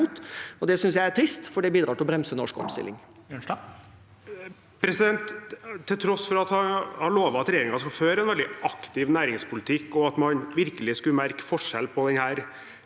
Det synes jeg er trist, for det bidrar til å bremse norsk omstilling.